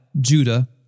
Judah